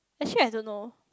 actually I don't know